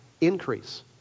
Increase